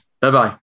Bye-bye